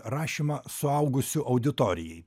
rašymą suaugusių auditorijai